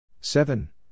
seven